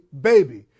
baby